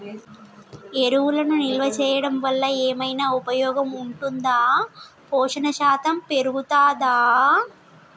ఎరువులను నిల్వ చేయడం వల్ల ఏమైనా ఉపయోగం ఉంటుందా పోషణ శాతం పెరుగుతదా?